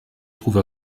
trouve